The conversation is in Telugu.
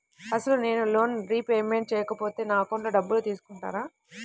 అసలు నేనూ లోన్ రిపేమెంట్ చేయకపోతే నా అకౌంట్లో డబ్బులు తీసుకుంటారా?